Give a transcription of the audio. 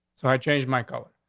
so i changed my color.